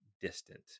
distant